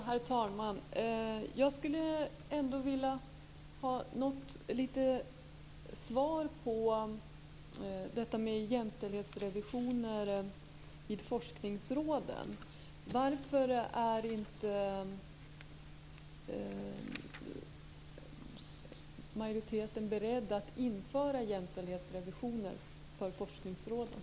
Herr talman! Jag skulle ändå vilja ha något litet svar på detta med jämställdhetsrevisioner för forskningsråden. Varför är inte majoriteten beredd att införa jämställdhetsrevisioner för forskningsråden?